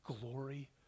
glory